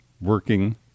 working